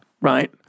Right